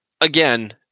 again